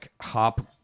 hop